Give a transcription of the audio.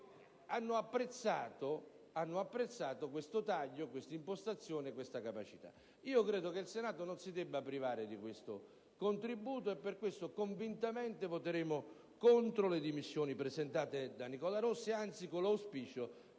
hanno apprezzato questo taglio, questa impostazione, questa capacità. Credo che il Senato non debba privarsi del suo contributo, e perciò voteremo con convinzione contro le dimissioni presentate da Nicola Rossi, anzi con l'auspicio